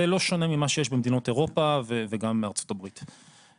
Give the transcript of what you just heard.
זה לא שונה ממה שיש במדינות אירופה וגם בארצות הברית.